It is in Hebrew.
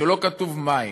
שלא כתוב מה הם,